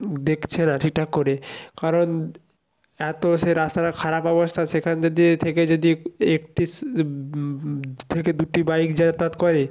দেখছে না ঠিকঠাক করে কারণ এত সেই রাস্তাটার খারাপ অবস্থা সেখান যদি থেকে যদি একটি থেকে দুটি বাইক যাতায়াত করে